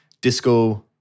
Disco